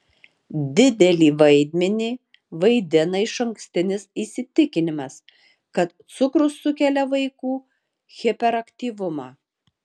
didelį vaidmenį vaidina išankstinis įsitikinimas kad cukrus sukelia vaikų hiperaktyvumą